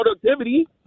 productivity